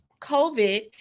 COVID